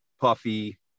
puffy